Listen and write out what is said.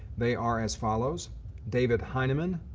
they are as follows david heinemann,